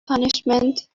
punishment